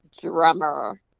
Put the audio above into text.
drummer